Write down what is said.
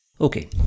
Okay